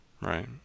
Right